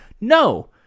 No